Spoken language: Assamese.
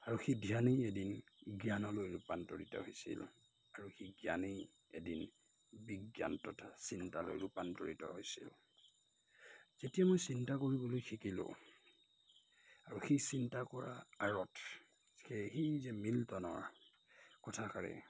আৰু সেই ধ্যানেই এদিন জ্ঞানলৈ ৰূপান্তৰিত হৈছিল আৰু সেই জ্ঞানেই এদিন বিজ্ঞান তথা চিন্তালৈ ৰূপান্তৰিত হৈছিল যেতিয়া মই চিন্তা কৰিবলৈ শিকিলোঁ আৰু সেই চিন্তা কৰাৰ আঁৰত সেই যে মিল্টনৰ কথাষাৰে